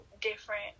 different